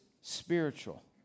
spiritual